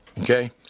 Okay